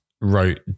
wrote